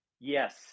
Yes